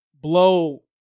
blow